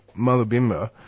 Malabimba